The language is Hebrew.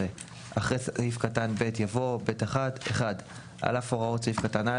19 אחרי סעיף קטן (ב) יבוא: "(ב1) (1) על אף הוראות סעיף קטן (א),